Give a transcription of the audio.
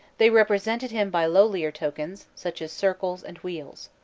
they represented him by lowlier tokens, such as circles and wheels.